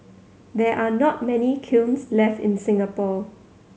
there are not many kilns left in Singapore